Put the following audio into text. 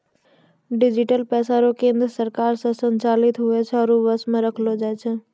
digital पैसा रो केन्द्र सरकार से संचालित हुवै छै आरु वश मे रखलो जाय छै